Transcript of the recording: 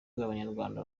abanyarwanda